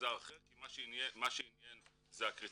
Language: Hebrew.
מגזר אחר כי מה שעניין זה הקריטריון.